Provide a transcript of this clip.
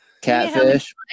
Catfish